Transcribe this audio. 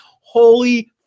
holy